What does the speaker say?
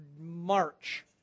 March